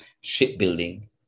shipbuilding